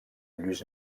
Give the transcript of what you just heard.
lluís